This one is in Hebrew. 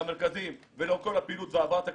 למרכזים ולכל הפעילות והעברת הכספים,